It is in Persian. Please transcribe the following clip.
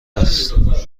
است